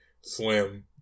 slim